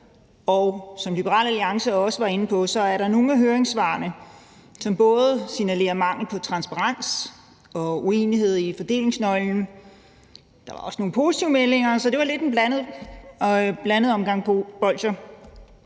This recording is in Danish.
som Liberal Alliance også var inde på, signalerer nogle af høringssvarene både mangel på transparens og uenighed i fordelingsnøglen i forslaget. Men der var også nogle positive meldinger, så det var lidt en blandet omgang bolsjer.